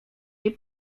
nie